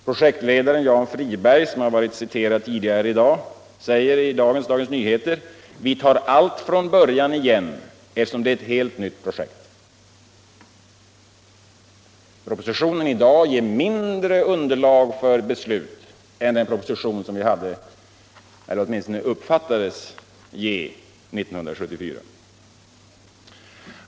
Projektledaren Jan Friberg som citerats tidigare säger i dag i Dagens Nyheter: ”Vi tar allt från början igen, eftersom det är ett helt nytt projekt.” Propositionen i dag ger mindre underlag för beslut än vad propositionen 1974 uppfattades ge.